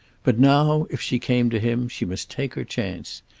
but now, if she came to him, she must take her chance.